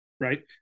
right